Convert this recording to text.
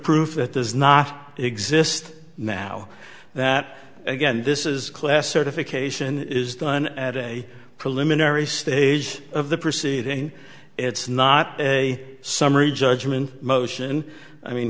proof that does not exist now that again this is class certification is done at a preliminary stage of the proceeding it's not a summary judgment motion i mean